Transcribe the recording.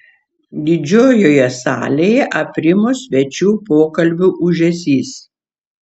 didžiojoje salėje aprimo svečių pokalbių ūžesys